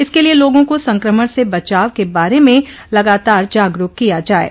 इसके लिये लोगों को संक्रमण से बचाव के बारे में लगातार जागरूक किया जाये